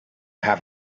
have